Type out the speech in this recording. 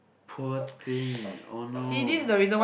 poor thing oh no